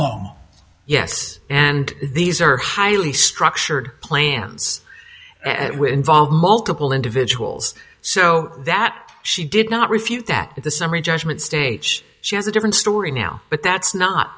hmong yes and these are highly structured plans involve multiple individuals so that she did not refute that the summary judgment stage she has a different story now but that's not